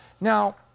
Now